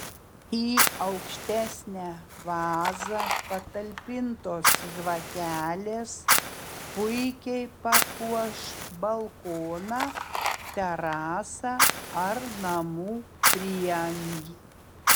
į aukštesnę vazą patalpintos žvakelės puikiai papuoš balkoną terasą ar namų prieangį